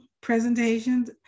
presentations